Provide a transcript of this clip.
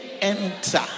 enter